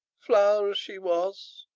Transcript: flower as she was,